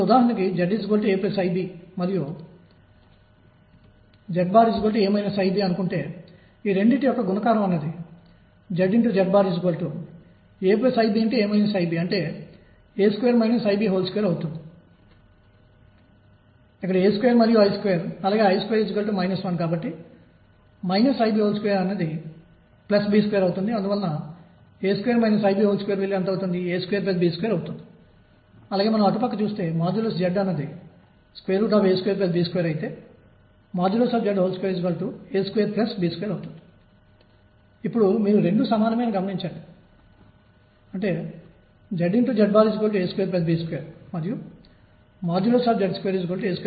Sommerfeld quantization నిబంధన ఏమి చెబుతుందంటే విల్సన్ సోమెర్ఫెల్డ్ క్వాంటైజేషన్ నిబంధన ఇది చెబుతుంది ఏమిటంటే చర్య అనేది విచ్ఛిన్నమైనది క్వాన్టైజ్డ్ అనగా px dx వ్యవధిపై సమాకలనం h యొక్క ప్రమాణాలలో వస్తుంది అవి ఒకే ప్రమాణాలనుయూనిట్ కలిగి ఉంటాయి